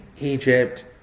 Egypt